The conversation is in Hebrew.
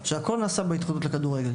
והכל נעשה בהתאחדות לכדורגל.